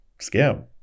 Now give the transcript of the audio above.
scam